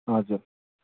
हजुर